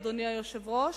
אדוני היושב-ראש,